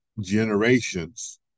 generations